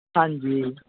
ਹਾਂਜੀ